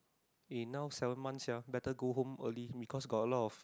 eh now seven month sia better go home early because got a lot of